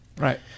right